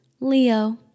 Leo